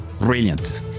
Brilliant